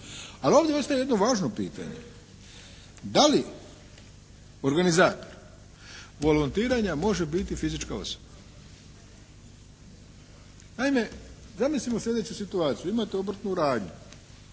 Ali ovdje ostaje jedno važno pitanje. Da li organizator volontiranja može biti fizička osoba. Naime, zamislimo sljedeću situaciju. Imate obrtnu radnju,